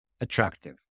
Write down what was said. attractive